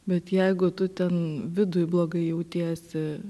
bet jeigu tu ten viduj blogai jautiesi